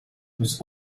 was